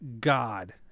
god